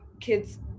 kids